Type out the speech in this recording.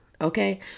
okay